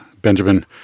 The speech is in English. Benjamin